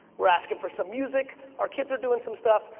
we're asking for some music, our kids are doing some stuff,